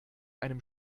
einem